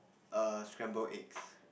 err scramble eggs